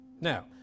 Now